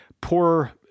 poor